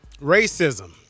Racism